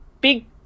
big